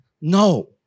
No